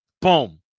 boom